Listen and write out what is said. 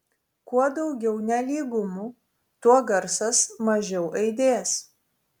kuo daugiau nelygumų tuo garsas mažiau aidės